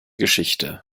geschichte